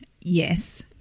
Yes